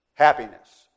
Happiness